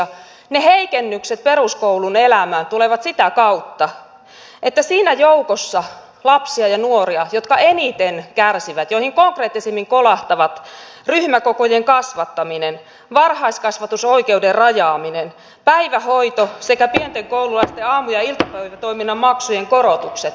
ne heikennykset peruskoulun elämään tulevat sitä kautta että siinä joukossa lapsia ja nuoria jotka eniten kärsivät ja joihin konkreettisimmin kolahtavat ryhmäkokojen kasvattaminen varhaiskasvatusoikeuden rajaaminen päivähoitomaksujen korotukset sekä pienten koululaisten aamu ja iltapäivätoiminnan maksujen korotukset ne heijastuvat peruskouluun